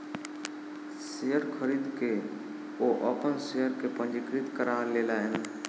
share खरीद के ओ अपन शेयर के पंजीकृत करा लेलैन